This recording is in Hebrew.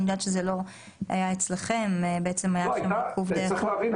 אני יודעת שזה לא היה אצלכם --- צריך להבין,